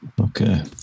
okay